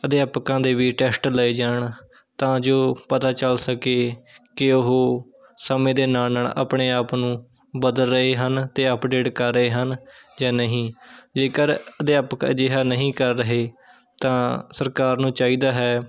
ਅਧਿਆਪਕਾਂ ਦੇ ਵੀ ਟੈਸਟ ਲਏ ਜਾਣ ਤਾਂ ਜੋ ਪਤਾ ਚੱਲ ਸਕੇ ਕਿ ਉਹ ਸਮੇਂ ਦੇ ਨਾਲ਼ ਨਾਲ਼ ਆਪਣੇ ਆਪ ਨੂੰ ਬਦਲ ਰਹੇ ਹਨ ਅਤੇ ਅਪਡੇਟ ਕਰ ਰਹੇ ਹਨ ਜਾਂ ਨਹੀਂ ਜੇਕਰ ਅਧਿਆਪਕ ਅਜਿਹਾ ਨਹੀਂ ਕਰ ਰਹੇ ਤਾਂ ਸਰਕਾਰ ਨੂੰ ਚਾਹੀਦਾ ਹੈ